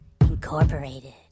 Incorporated